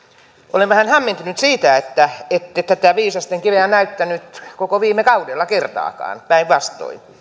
olen vähän hämmentynyt siitä että ette tätä viisastenkiveä näyttäneet koko viime kaudella kertaakaan päinvastoin